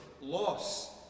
loss